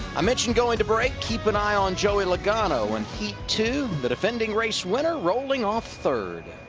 i mentioned going to break keep an eye on joey logano in heat two, the defending race winner rolling off third.